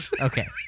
Okay